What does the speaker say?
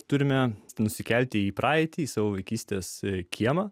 turime nusikelti į praeitį savo vaikystės kiemą